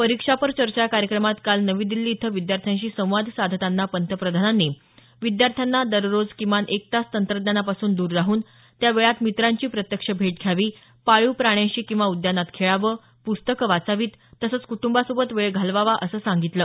परीक्षा पर चर्चा या कार्यक्रमात काल नवी दिल्ली इथं विद्यार्थ्यांशी संवाद साधताना पंतप्रधानांनी विद्यार्थ्यांना दररोज किमान एक तास तंत्रज्ञानापासून द्र राहून त्या वेळात मित्रांची प्रत्यक्ष भेट घ्यावी पाळीव प्राण्यांशी किंवा उद्यानात खेळावं पुस्तकं वाचावीत तसंच कुटूंबासोबत वेळ घालवावा असं सांगितलं